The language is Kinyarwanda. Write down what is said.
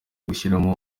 gushyiramo